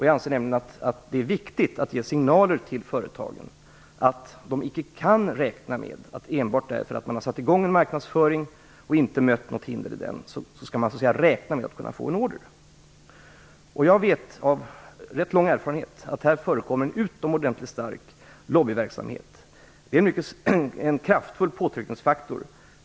Jag anser nämligen att det är viktigt att ge signaler till företagen att de icke skall räkna med att få en order enbart därför att de har satt i gång en marknadsföring och inte mött något hinder därvidlag. Jag vet, av rätt lång erfarenhet, att här förekommer en utomordentligt stark lobbyverksamhet. Försvarsindustrin är en mycket kraftfull påtryckningsfaktor.